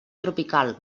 tropical